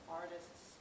artists